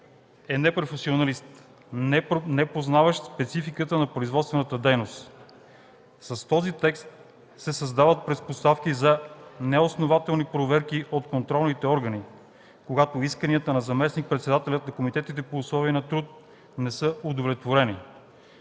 е непрофесионалист, непознаващ спецификата на производствената дейност. С този текст се създават предпоставки за неоснователни проверки от контролните органи, когато исканията на заместник-председателя на комитетите по условия на труд, не са удовлетворени.